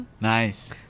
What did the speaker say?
Nice